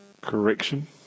Correction